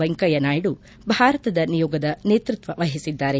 ವೆಂಕಯ್ಯನಾಯ್ದು ಭಾರತದ ನಿಯೋಗದ ನೇತೃತ್ವ ವಹಿಸಿದ್ದಾರೆ